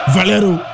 Valero